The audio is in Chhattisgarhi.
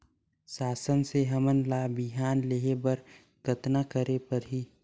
शासन से हमन ला बिहान लेहे बर कतना करे परही?